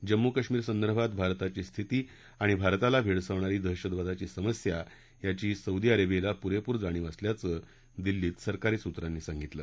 जम्मू कश्मीर संदर्भात भारताची स्थिती आणि भारताला भेडसावणारी दहशतवादाची समस्या याची सौदी अरेबियाला पुरेपूर जाणीव असल्याचं दिल्लीत सरकारी सूत्रांनी सांगितलं